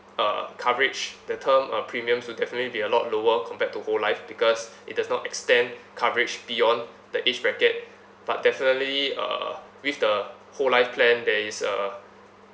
uh coverage the term uh premiums will definitely be a lot lower compared to whole life because it does not extend coverage beyond the age bracket but definitely uh with the whole life plan there is a